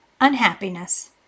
unhappiness